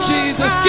Jesus